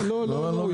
לא, לא.